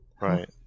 right